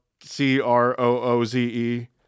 C-R-O-O-Z-E